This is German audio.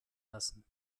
lassen